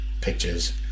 pictures